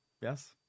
Yes